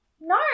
No